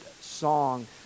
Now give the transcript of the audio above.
song